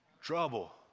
trouble